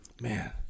man